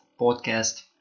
podcast